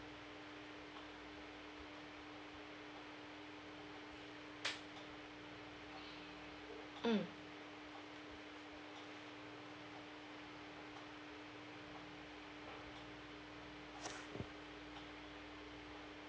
mm